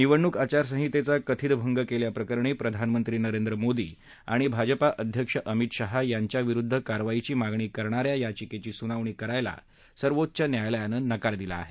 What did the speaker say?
निवडणूक आचारसंहितेचा कथित भंग केल्याप्रकरणी प्रधानमंत्री नरेंद्र मोदी आणि भाजपा अध्यक्ष अमित शहा यांच्याविरुद्ध कारवाईची मागणी करणा या याचिकेची सुनावणी करायला सर्वोच्च न्यायालयानं नकार दिला आहे